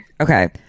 Okay